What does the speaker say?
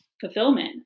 fulfillment